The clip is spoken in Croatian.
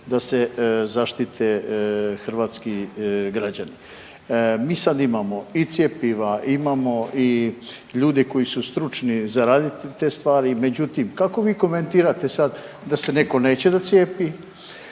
da se zaštite hrvatski građani. Mi sada imamo i cjepiva, imamo i ljude koji su stručni za raditi te stvari, međutim kako vi komentirate sad da se neko neće da cijepi,